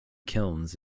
kilns